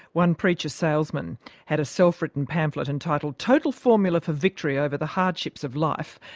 one preacher-salesman had a self-written pamphlet, entitled total formula for victory over the hardships of life.